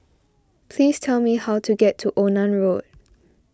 please tell me how to get to Onan Road